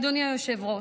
אדוני היושב-ראש,